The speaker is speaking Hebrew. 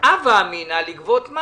לא ידענו מתי נקבל את זה.